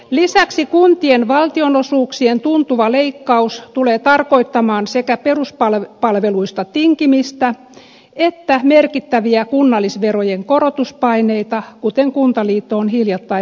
lisäksi kuntien valtionosuuksien tuntuva leikkaus tulee tarkoittamaan sekä peruspalveluista tinkimistä että merkittäviä kunnallisverojen korotuspaineita kuten kuntaliitto on hiljattain varoittanut